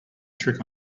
trick